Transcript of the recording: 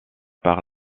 par